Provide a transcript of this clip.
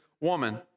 woman